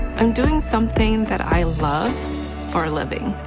i'm doing something that i love for a living.